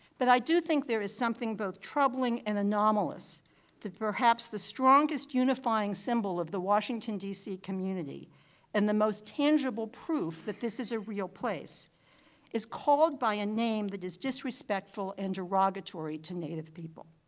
but i do think there is something both troubling and anomalous that perhaps the strongest unifying symbol of the washington, d c. community and the most tangible proof that this is a real place is called by a name that is disrespectful and derogatory to native people.